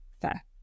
Fair